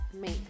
make